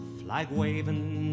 flag-waving